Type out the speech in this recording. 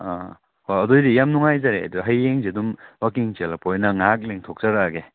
ꯑꯥ ꯍꯣꯏ ꯑꯗꯨꯏꯗꯤ ꯌꯥꯝ ꯅꯨꯡꯉꯥꯏꯖꯔꯦ ꯑꯗꯣ ꯍꯌꯦꯡꯁꯤ ꯑꯗꯨꯝ ꯋꯥꯛꯀꯤꯡ ꯆꯦꯜꯂꯛꯄ ꯑꯣꯏꯅ ꯉꯥꯏꯍꯥꯛ ꯂꯦꯡꯊꯣꯛꯆꯔꯛꯑꯒꯦ